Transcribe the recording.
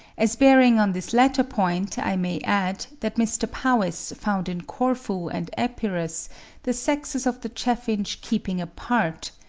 as bearing on this latter point, i may add that mr. powys found in corfu and epirus the sexes of the chaffinch keeping apart,